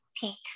pink